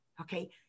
okay